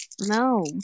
No